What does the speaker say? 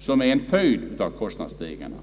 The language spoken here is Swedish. som är en följd av kostnadsstegringarna.